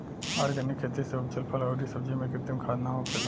organic खेती से उपजल फल अउरी सब्जी में कृत्रिम खाद ना होखेला